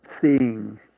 Seeing